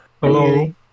Hello